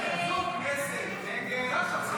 הצעת הסיכום שהביא חבר הכנסת איתמר בן גביר לא